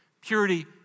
Purity